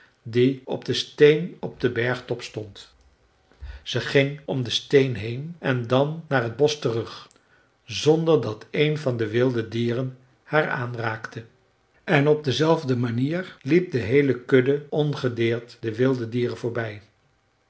die op den steen op den bergtop stond ze ging om den steen heen en dan naar het bosch terug zonder dat één van de wilde dieren haar aanraakte en op dezelfde manier liep de heele kudde ongedeerd de wilde dieren voorbij